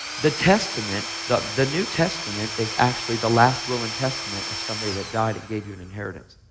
the testament the the new testament is actually the last will and testament of somebody that died and gave you an inheritance.